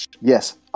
Yes